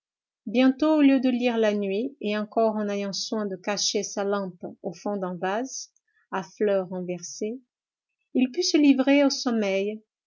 bientôt au lieu de lire la nuit et encore en ayant soin de cacher sa lampe au fond d'un vase à fleurs renversé il put se livrer au sommeil